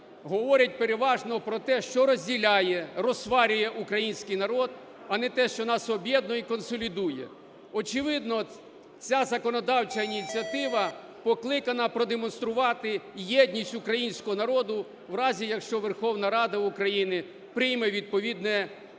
говорять переважно про те, що розділяє, розсварює український народ, а не те, що нас об'єднує і консолідує. Очевидно, ця законодавча ініціатива покликана продемонструвати єдність українського народу в разі, якщо Верховна Рада України прийме відповідне рішення.